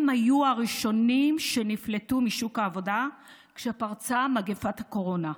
הם היו הראשונים שנפלטו משוק העבודה כשפרצה מגפת הקורונה.